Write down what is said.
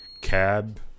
Cab